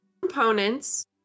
components